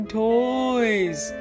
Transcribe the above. toys